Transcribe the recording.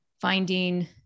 finding